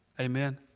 Amen